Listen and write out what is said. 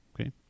Okay